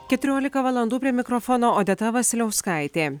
keturiolika valandų prie mikrofono odeta vasiliauskaitė